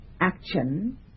action